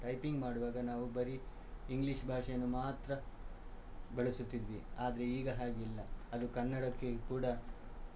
typing ಮಾಡುವಾಗ ನಾವು ಬರೀ ಇಂಗ್ಲೀಷ್ ಭಾಷೆಯನ್ನು ಮಾತ್ರ ಬಳಸುತ್ತಿದ್ವಿ ಆದರೆ ಈಗ ಹಾಗಿಲ್ಲ ಅದು ಕನ್ನಡಕ್ಕೆ ಕೂಡ